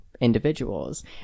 individuals